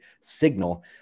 signal